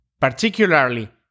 Particularly